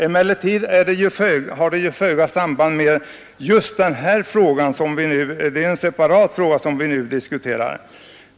Emellertid har den ju föga samband med den fråga vi nu diskuterar.